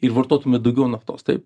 ir vartotume daugiau naftos taip